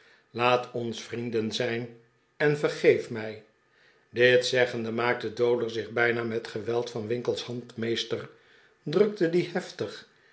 laat ons vrienden zijn en vergeef mij dit zeggende maakte dowler zich bijna met geweld van winkle's hand meester drukte die heftig